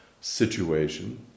situation